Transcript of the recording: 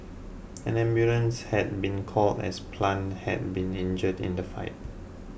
an ambulance had been called as Plant had been injured in the fight